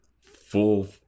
full